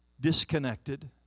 disconnected